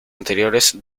anteriores